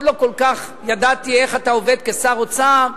לא כל כך ידעתי איך אתה עובד כשר האוצר.